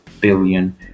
billion